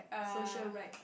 social right